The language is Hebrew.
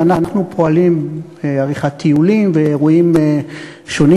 ואנחנו פועלים לעריכת טיולים ואירועים שונים